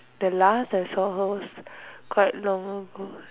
the last I saw her was quite long ago